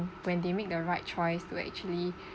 when they make the right choice to actually